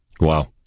Wow